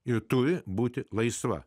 ji turi būti laisva